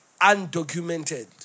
undocumented